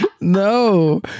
No